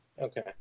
Okay